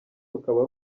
rukaba